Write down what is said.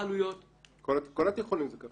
כל התיכונים זה ככה.